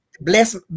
bless